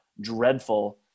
dreadful